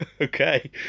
Okay